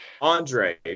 Andre